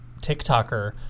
TikToker